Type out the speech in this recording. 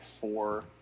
four